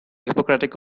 hippocratic